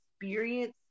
experience